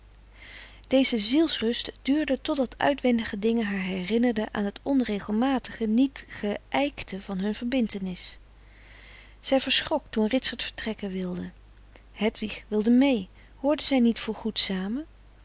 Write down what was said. deze zielsrust duurde totdat uitwendige dingen haar herinnerden aan het onregelmatige niet geijkte van hun verbindtenis zij verschrok toen ritsert vertrekken wilde hedwig wilde mee hoorden zij niet voor goed samen